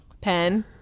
pen